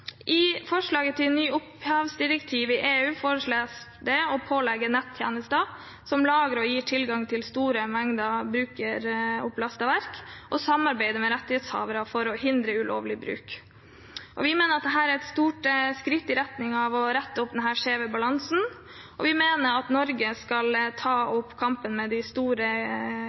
I forslaget til nytt opphavsdirektiv i EU foreslås det å pålegge nettjenester som lagrer og gir tilgang til store mengder brukeropplastede verk, å samarbeide med rettighetshavere for å hindre ulovlig bruk. Vi mener at dette er et stort skritt i retning av å rette opp denne skjeve balansen, og vi mener at Norge skal ta opp kampen med de store